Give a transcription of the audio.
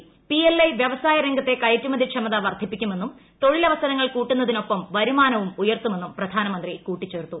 പ്ടിഎൽഐ വൃവസായ രംഗത്തെ കയറ്റുമതി ക്ഷമത വർധിപ്പിക്കുമെന്നും തൊഴിലവസരങ്ങൾ കൂട്ടുന്നതിനൊപ്പം വരുമാനവും ഉയർത്തു്മെന്നും പ്രധാനമന്ത്രി കൂട്ടിച്ചേർത്തു